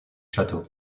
château